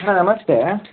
ನಮಸ್ತೆ